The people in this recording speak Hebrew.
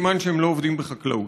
זה סימן שהם לא עובדים בחקלאות,